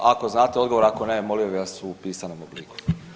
Ako znate odgovor, ako ne, molio bih vas u pisanom obliku.